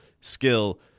skill